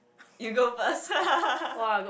you go first